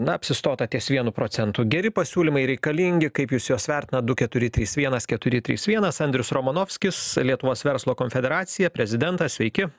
na apsistota ties vienu procentu geri pasiūlymai reikalingi kaip jūs juos vertinat du keturi trys vienas keturi trys vienas andrius romanovskis lietuvos verslo konfederacija prezidentas sveiki